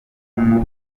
bapfumu